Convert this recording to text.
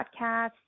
podcasts